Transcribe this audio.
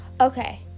Okay